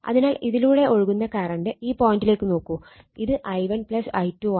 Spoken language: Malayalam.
അതിനാൽ ഇതിലൂടെ ഒഴുകുന്ന കറണ്ട് ഈ പോയിന്ററിലേക്ക് നോക്കൂ ഇത് i1 i2 ആണ്